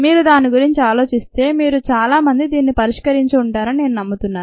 మీరు దాని గురించి ఆలోచిస్తే మీరు చాలా మంది దీనిని పరిష్కరించి ఉంటారని నేను నమ్ముతున్నాను